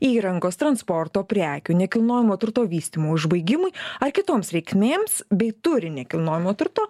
įrangos transporto prekių nekilnojamo turto vystymo užbaigimui ar kitoms reikmėms bei turi nekilnojamo turto